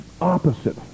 opposite